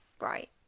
Right